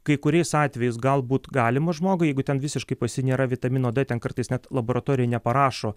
kai kuriais atvejais galbūt galima žmogui jeigu ten visiškai pas jį nėra vitamino d ten kartais net laboratorija neparašo